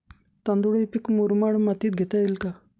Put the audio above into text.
तांदूळ हे पीक मुरमाड मातीत घेता येईल का?